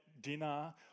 dinner